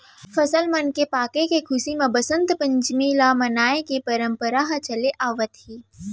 फसल मन के पाके के खुसी म बसंत पंचमी ल मनाए के परंपरा ह चलत आवत हे